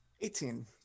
Eighteen